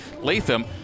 Latham